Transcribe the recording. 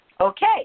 Okay